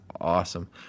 awesome